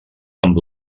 amb